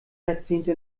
jahrzehnte